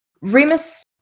Remus